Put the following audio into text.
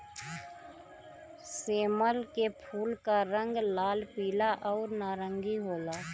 सेमल के फूल क रंग लाल, पीला आउर नारंगी होला